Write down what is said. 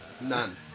none